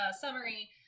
summary